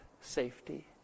Safety